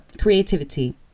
creativity